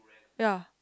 ya